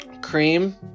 cream